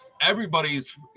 everybody's